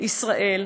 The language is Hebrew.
ישראל.